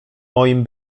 moim